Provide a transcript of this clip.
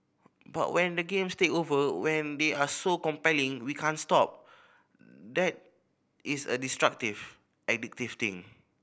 but when the games take over when they are so compelling we can't stop that is a destructive addictive thing